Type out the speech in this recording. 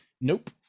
Nope